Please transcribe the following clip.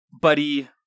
buddy